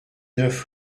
neuf